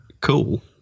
cool